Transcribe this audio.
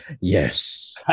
Yes